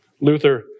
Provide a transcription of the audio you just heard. Luther